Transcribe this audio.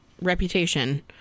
reputation